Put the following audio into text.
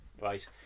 right